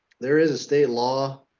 there is a state law